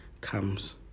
comes